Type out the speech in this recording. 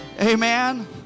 Amen